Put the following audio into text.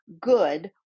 good